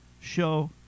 Show